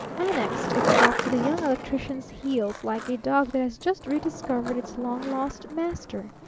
annexed itself to the young electrician's heels like a dog that has just rediscovered its long-lost master.